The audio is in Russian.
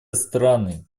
страны